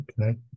Okay